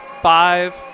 five